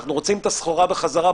אנחנו רוצים את הסחורה בחזרה,